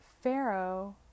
Pharaoh